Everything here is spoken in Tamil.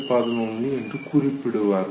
11 என்று குறிப்பிடுவார்கள்